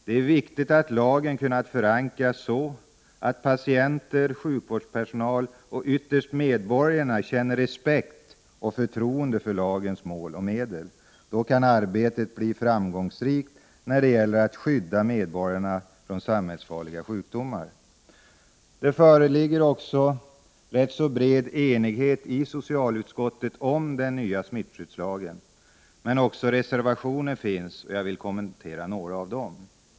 Det är viktigt att lagen kunnat förankras så att patienter, sjukvårdspersonal och ytterst medborgarna känner respekt och förtroende för lagens mål och medel. Då kan arbetet bli framgångsrikt när det gäller att skydda medborgarna från samhällsfarliga sjukdomar. Det föreligger rätt bred enighet i socialutskottet om den nya smittskyddslagen. Men också reservationer finns, och jag vill kommentera några av dem.